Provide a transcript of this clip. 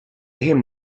him